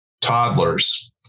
toddlers